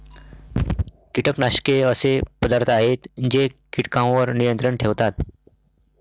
कीटकनाशके असे पदार्थ आहेत जे कीटकांवर नियंत्रण ठेवतात